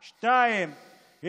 14:00,